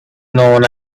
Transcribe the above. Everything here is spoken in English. known